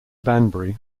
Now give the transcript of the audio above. banbury